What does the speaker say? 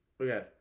okay